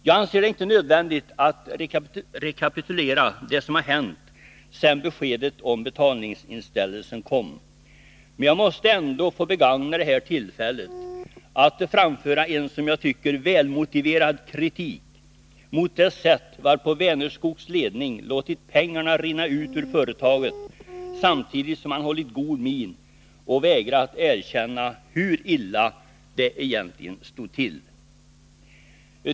Jag anser det inte nödvändigt att rekapitulera det som hänt sedan beskedet om betalningsinställelsen kom. Jag måste ändå få begagna tillfället att framföra en, som jag tycker, välmotiverad kritik mot det sätt varpå Vänerskogs ledning låtit pengarna rinna ut ur företaget, samtidigt som man hållit god min och vägrat erkänna hur illa det egentligen stod till.